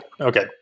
Okay